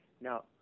Now